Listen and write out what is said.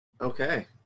Okay